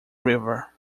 river